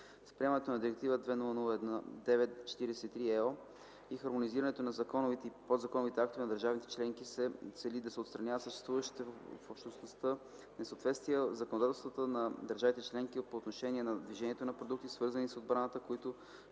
С приемането на Директива 2009/43/ЕО и хармонизирането на законовите и подзаконовите актове на държавите членки се цели да се отстранят съществуващите в Общността несъответствия в законодателствата на държавите членки по отношение на движението на продукти, свързани с отбраната, които